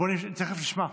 תכף נשמע.